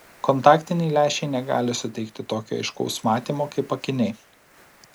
kontaktiniai lęšiai negali suteikti tokio aiškaus matymo kaip akiniai